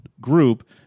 group